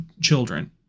children